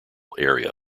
area